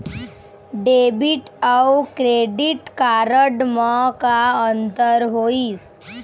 Debit अऊ credit card म का अंतर होइस?